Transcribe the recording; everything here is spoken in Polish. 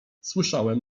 słyszałem